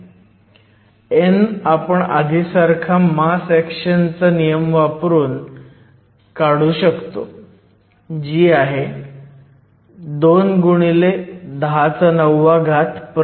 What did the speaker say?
n आपण आधीसारखा mass action च नियम n ni2p वापरून काढू शकतो जी आहे 2 x 109 m 3